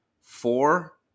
four